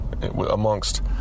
amongst